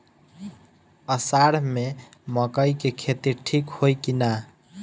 अषाढ़ मे मकई के खेती ठीक होई कि ना?